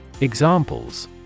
Examples